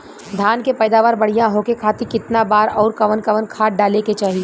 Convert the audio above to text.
धान के पैदावार बढ़िया होखे खाती कितना बार अउर कवन कवन खाद डाले के चाही?